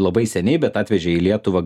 labai seniai bet atvežė į lietuvą